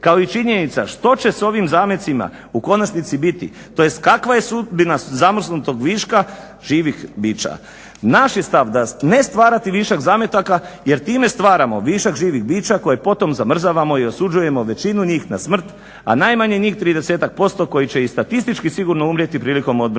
kao i činjenica što će s ovim zamecima u konačnici biti, tj. kakva je sudbina zamrznutog viška živih bića. Naš je stav da ne stvarati višak zametaka jer time stvaramo višak živih bića koje potom zamrzavamo i osuđujemo većinu njih na smrt, a najmanje njih 30-tak posto koji će i statistički sigurno umrijeti prilikom odmrzavanja.